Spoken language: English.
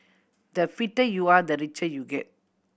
the fitter you are the richer you get